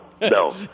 no